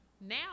Now